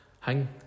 hang